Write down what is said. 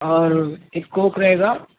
اور ایک کوک رہے گا